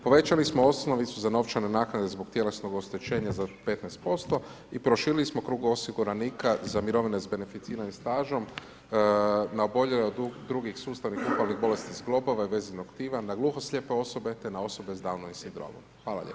Povećali smo osnovicu za novčanu naknada zbog tjelesnog oštećenja za 15% i proširili smo krug osiguranika za mirovine s beneficiranim stažom, na bolje od drugih sustavnih upravnih bolesnih zglobova i vezenog tkiva na gluhoslijepe osobe te na osobe s Down sindromom, hvala vam.